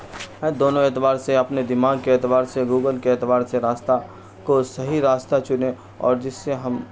ہیں دونوں اعتبار سے اپنے دماغ کے اعتبار سے گوگل کے اعتبار سے راستہ کو صحیح راستہ چنیں اور جس سے ہم